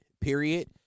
period